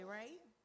right